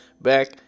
Back